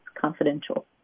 confidential